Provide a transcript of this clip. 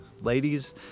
ladies